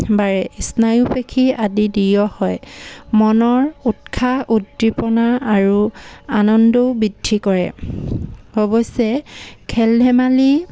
বাঢ়ে স্নায়ুপেশী আদি দৃঢ় হয় মনৰ উৎসাহ উদ্দীপনা আৰু আনন্দও বৃদ্ধি কৰে অৱশ্যে খেল ধেমালি